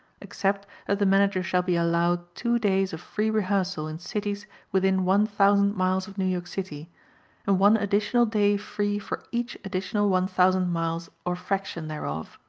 except that the manager shall be allowed two days of free rehearsals in cities within one thousand miles of new york city and one additional day free for each additional one thousand miles or fraction thereof.